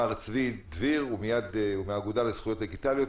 מר צבי דביר מהאגודה לזכויות דיגיטליות.